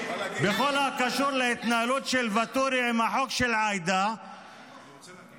בכל הקשור להתנהלות של ואטורי עם החוק של עאידה -- אני רוצה להגיב.